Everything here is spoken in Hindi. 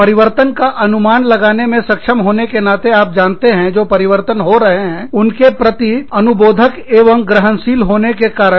परिवर्तनों का अनुमान लगाने में सक्षम होने के नाते आप जानते हैं जो परिवर्तन हो रहे हैं उनके प्रति अनुबोधक एवं ग्रहणशील होने के कारण